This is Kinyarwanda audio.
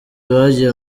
bagiye